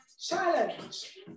Challenge